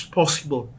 possible